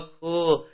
cool